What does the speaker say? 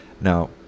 Now